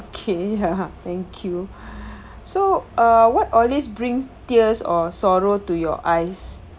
okay thank you so err what always brings tears or sorrow to your eyes